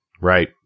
Right